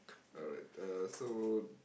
alright uh so